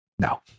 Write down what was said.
No